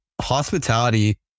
hospitality